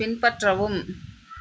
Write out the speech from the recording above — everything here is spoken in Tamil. பின்பற்றவும்